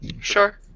Sure